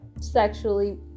sexually